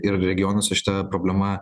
ir regionuose šita problema